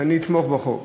שאני אתמוך בחוק,